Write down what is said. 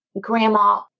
grandma